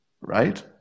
right